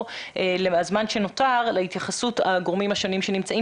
בזמן שנותר להתייחסות הגורמים השונים שנמצאים.